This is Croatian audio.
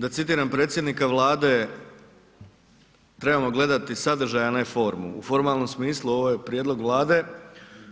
Da citiram predsjednika Vlade „trebamo gledati sadržaj a ne formu“, u formalnom smislu ovo je prijedlog Vlade,